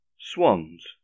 Swans